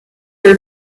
your